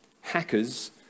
Hackers